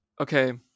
okay